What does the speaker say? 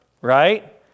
right